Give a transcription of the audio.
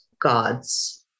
gods